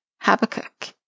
Habakkuk